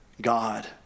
God